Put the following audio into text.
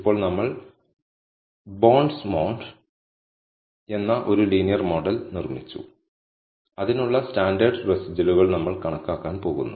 ഇപ്പോൾ നമ്മൾ ബോണ്ട്സ്മോഡ് എന്ന ഒരു ലീനിയർ മോഡൽ നിർമ്മിച്ചു അതിനുള്ള സ്റ്റാൻഡേർഡ് റെസിജ്വലുകൾ നമ്മൾ കണക്കാക്കാൻ പോകുന്നു